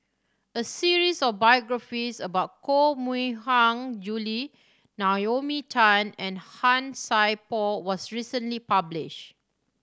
a series of biographies about Koh Mui Hiang Julie Naomi Tan and Han Sai Por was recently published